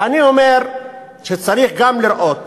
ואני אומר שצריך גם לראות